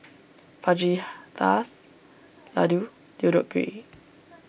Fajitas Ladoo Deodeok Gui